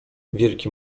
wielki